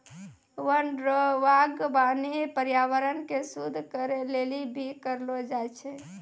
वन रो वागबानी पर्यावरण के शुद्ध करै लेली भी करलो जाय छै